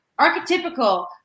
archetypical